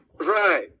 Right